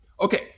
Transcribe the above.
Okay